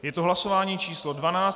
Je to hlasování číslo 12.